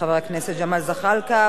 חבר הכנסת ג'מאל זחאלקה,